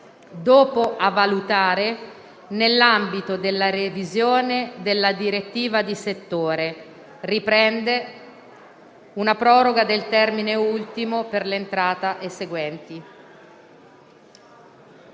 a valutare, nell'ambito della revisione della normativa di settore, una proroga del termine ultimo per l'entrata in esercizio